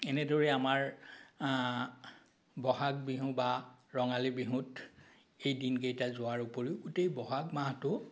এনেদৰেই আমাৰ বহাগ বিহু বা ৰঙালী বিহুত এই দিনকেইটা যোৱাৰ উপৰিও গোটেই বহাগ মাহটো